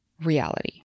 reality